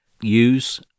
use